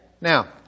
now